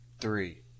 three